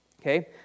Okay